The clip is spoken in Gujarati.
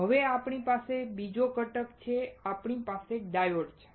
હવે આપણી પાસે બીજો ઘટક છે અમારી પાસે ડાયોડ છે